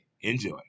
Enjoy